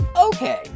Okay